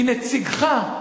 כי נציגך,